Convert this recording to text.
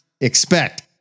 expect